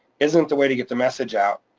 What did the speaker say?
isn't the way to get the message out,